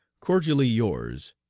cordially yours.